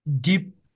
deep